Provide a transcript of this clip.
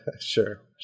Sure